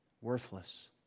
Worthless